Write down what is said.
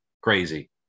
crazy